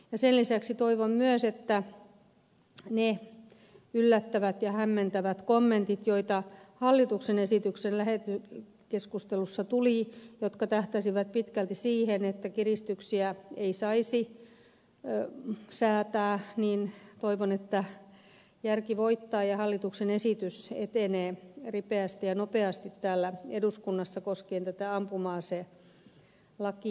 sen lisäksi toivon myös että kun hallituksen esityksen lähetekeskustelussa tulivat ne yllättävät ja hämmentävät kommentit joita hallituksen esityksellä heti keskustelussa jotka tähtäsivät pitkälti siihen että kiristyksiä ei saisi säätää niin järki voittaa ja hallituksen esitys etenee ripeästi ja nopeasti täällä eduskunnassa koskien tätä ampuma aselakia